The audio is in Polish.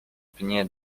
pnie